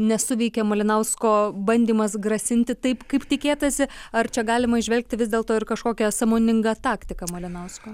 nesuveikė malinausko bandymas grasinti taip kaip tikėtasi ar čia galima įžvelgti vis dėlto ir kažkokią sąmoningą taktika malinausko